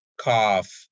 cough